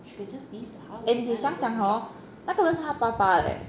and 你想想 hor 那个人是他爸爸 leh